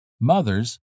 mothers